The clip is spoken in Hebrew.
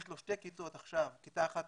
יש לו שתי כיתות עכשיו, כיתה אחת